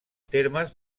termes